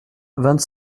vingt